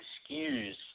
excuse